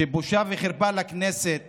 שבושה וחרפה לכנסת